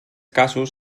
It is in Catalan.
casos